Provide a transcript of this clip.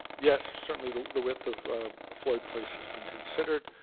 yes, certainly the the width of floyd place has been considered.